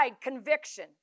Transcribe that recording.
conviction